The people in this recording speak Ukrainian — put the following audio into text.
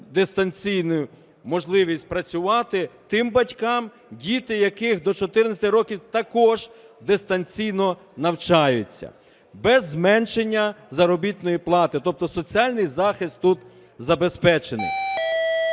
дистанційну можливість працювати тим батьками, діти яких до 14 років також дистанційно навчаються, без зменшення заробітної плати. Тобто соціальний захист тут забезпечений.